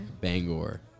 bangor